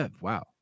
Wow